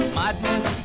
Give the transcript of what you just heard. madness